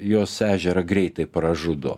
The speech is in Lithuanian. jos ežerą greitai pražudo